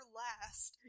last